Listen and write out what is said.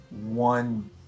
one